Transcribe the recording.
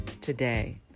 today